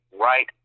right